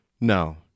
No